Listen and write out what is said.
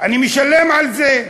אני משלם על זה,